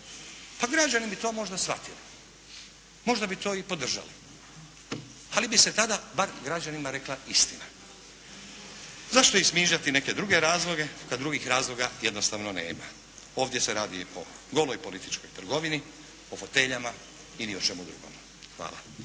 Pa građani bi to možda shvatili, možda bi to i podržali ali bi se tada bar građanima rekla istina. Zašto izmišljati neke druge razloge kad drugih razloga jednostavno nema. Ovdje se radi o goloj političkoj trgovini, o foteljama i ni o čemu drugome. Hvala.